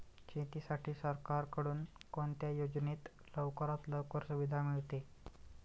शेतीसाठी सरकारकडून कोणत्या योजनेत लवकरात लवकर सुविधा मिळते?